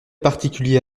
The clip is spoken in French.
particulier